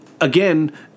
again